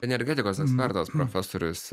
energetikos ekspertas profesorius